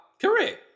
Correct